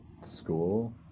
school